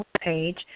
page